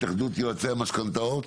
התאחדות יועצי המשכנתאות?